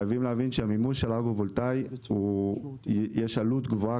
חייבים להבין שלמימוש של האגרו-וולטאי יש עלות גבוהה,